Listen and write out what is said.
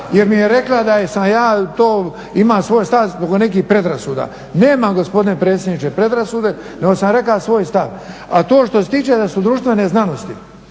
jer mi je rekla da sam ja to, imao svoj stav zbog nekih predrasuda. Nemam gospodine predsjedniče predrasude nego sam rekao svoj stav. A to što se tiče da su društvene znanosti